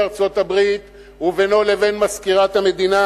ארצות-הברית ובינו לבין מזכירת המדינה,